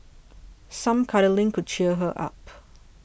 some cuddling could cheer her up